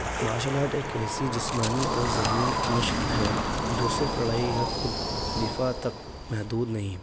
martial art ایک ایسی جسمانی اور ذہنی مشق ہے جو صرف لڑائی یا خود دفاع تک محدود نہیں